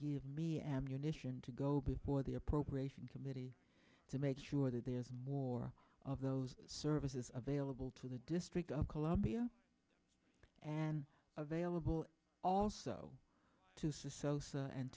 give me ammunition to go before the appropriation committee to make sure that there is more of those services available to the district of columbia and available also to s